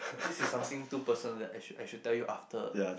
this is something too personal that I should I should tell you after